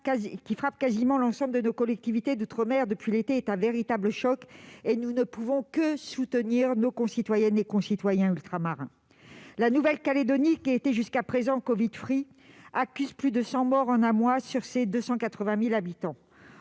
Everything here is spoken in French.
qui frappe quasiment l'ensemble de nos collectivités d'outre-mer depuis l'été est un véritable choc et nous ne pouvons que soutenir nos concitoyennes et concitoyens ultramarins. La Nouvelle-Calédonie, jusqu'à présent, accuse plus de 100 morts en un mois sur ses 280 000 habitants.